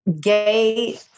gay